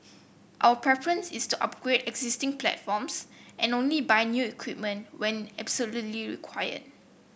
our preference is to upgrade existing platforms and only buy new equipment when absolutely required